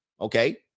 Okay